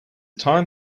time